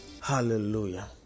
hallelujah